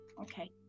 Okay